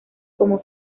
como